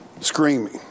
screaming